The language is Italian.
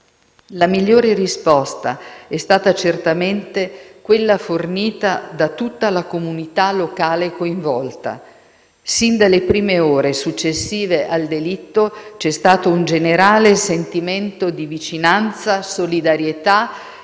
La migliore risposta è stata certamente quella fornita da tutta la comunità locale coinvolta: sin dalle prime ore successive al delitto, c'è stato un generale sentimento di vicinanza, solidarietà